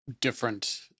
different